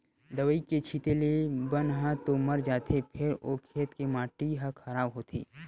दवई के छिते ले बन ह तो मर जाथे फेर ओ खेत के माटी ह खराब होथे